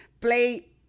play